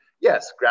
yes